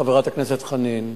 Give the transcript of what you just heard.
חברת הכנסת חנין,